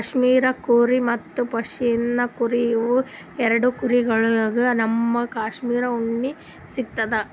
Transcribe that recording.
cashmere ಕುರಿ ಮತ್ತ್ ಪಶ್ಮಿನಾ ಕುರಿ ಇವ್ ಎರಡ ಕುರಿಗೊಳ್ಳಿನ್ತ್ ನಮ್ಗ್ ಕ್ಯಾಶ್ಮೀರ್ ಉಣ್ಣಿ ಸಿಗ್ತದ್